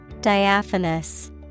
Diaphanous